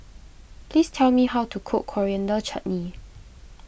please tell me how to cook Coriander Chutney